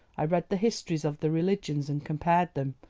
i read the histories of the religions and compared them,